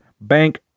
Bank